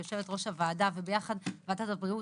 שהיא יושבת ראש הוועדה וביחד ועדת הבריאות